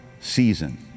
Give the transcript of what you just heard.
season